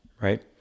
right